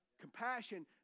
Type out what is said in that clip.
Compassion